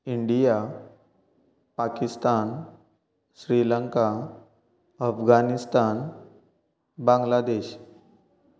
India Pakistan Sri Lanka Afghanistan Bangladesh